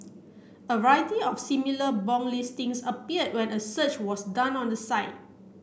a variety of similar bong listings appeared when a search was done on the site